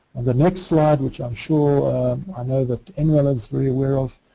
the next slide, which i'm sure i know that nrel is very aware of,